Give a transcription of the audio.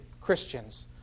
Christians